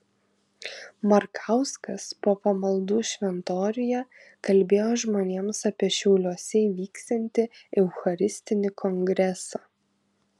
markauskas po pamaldų šventoriuje kalbėjo žmonėms apie šiauliuose įvyksiantį eucharistinį kongresą